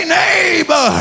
neighbor